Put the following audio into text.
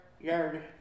yard